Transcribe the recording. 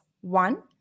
One